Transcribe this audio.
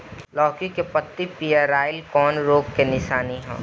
लौकी के पत्ति पियराईल कौन रोग के निशानि ह?